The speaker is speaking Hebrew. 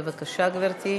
בבקשה, גברתי.